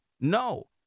No